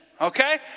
okay